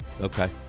Okay